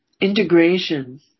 integration